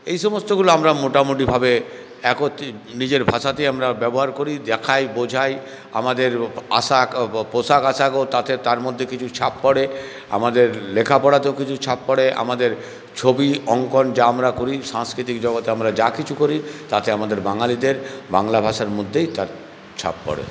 এই সমস্তগুলো আমরা মোটামুটিভাবে নিজের ভাষাতেই আমরা ব্যবহার করি দেখাই বোঝাই আমাদের পোশাক আসাকও তাতে তার মধ্যে কিছু ছাপ পড়ে আমাদের লেখাপড়াতেও কিছু ছাপ পড়ে আমাদের ছবি অঙ্কন যা আমরা করি সাংস্কৃতিক জগতে আমরা যা কিছু করি তাতে আমাদের বাঙালিদের বাংলা ভাষার মধ্যেই তার ছাপ পড়ে